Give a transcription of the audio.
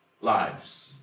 lives